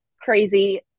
crazy